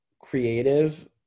creative